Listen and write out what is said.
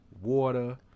water